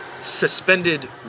suspended